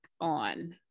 on